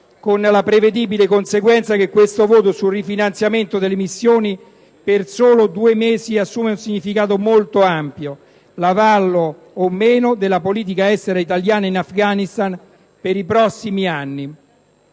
con la prevedibile conseguenza che questo voto sul rifinanziamento delle missioni per solo due mesi assume un significato molto ampio: l'avallo o meno della politica estera italiana in Afghanistan per i prossimi anni.